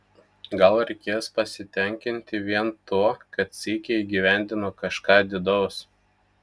gal reikės pasitenkinti vien tuo kad sykį įgyvendino kažką didaus